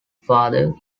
father